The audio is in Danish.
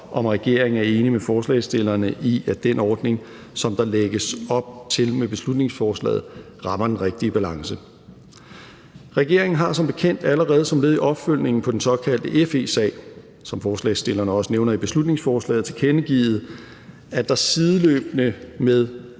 om regeringen er enig med forslagsstillerne i, at den ordning, som der lægges op til med beslutningsforslaget, rammer den rigtige balance. Regeringen har som bekendt allerede som led i opfølgningen på den såkaldte FE-sag, som forslagsstillerne også nævner i beslutningsforslaget, tilkendegivet, at der sideløbende med